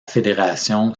fédération